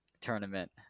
tournament